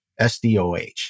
SDOH